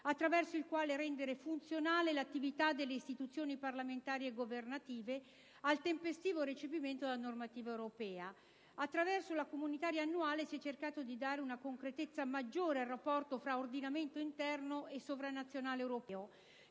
attraverso il quale rendere funzionale l'attività delle istituzioni parlamentari e governative al tempestivo recepimento della normativa europea. Attraverso la legge comunitaria annuale si è cercato di dare una concretezza maggiore al rapporto fra l'ordinamento interno e quello sovranazionale europeo,